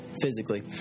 physically